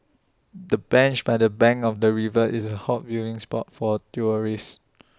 the bench by the bank of the river is A hot viewing spot for tourists